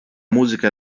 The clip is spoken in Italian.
musica